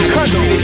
Country